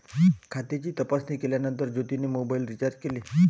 खात्याची तपासणी केल्यानंतर ज्योतीने मोबाइल रीचार्ज केले